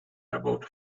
about